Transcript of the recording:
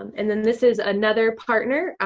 and then this is another partner